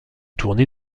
tournée